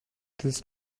this